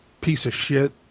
piece-of-shit